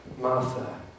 Martha